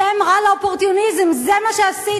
שם רע לאופורטוניזם, זה מה שעשיתם.